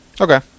Okay